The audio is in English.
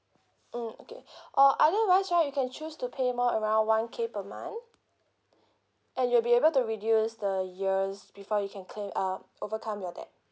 mm okay or otherwise right you can choose to pay more around one K per month and you'll be able to reduce the years before you can claim um overcome your debt